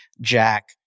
jack